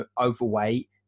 overweight